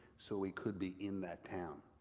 so we could be in that town.